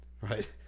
right